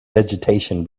vegetation